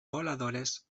voladores